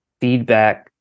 feedback